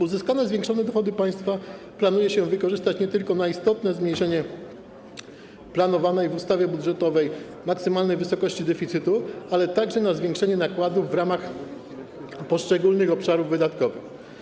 Uzyskane zwiększone dochody państwa planuje się wykorzystać nie tylko na istotne zmniejszenie planowanej w ustawie budżetowej maksymalnej wysokości deficytu, ale także na zwiększenie nakładów w ramach poszczególnych obszarów wydatkowych.